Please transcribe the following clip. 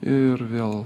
ir vėl